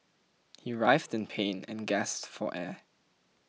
he writhed in pain and gasped for air